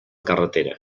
carretera